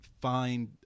find